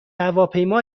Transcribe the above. هواپیما